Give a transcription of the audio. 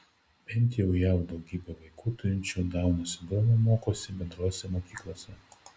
bent jau jav daugybė vaikų turinčių dauno sindromą mokosi bendrose mokyklose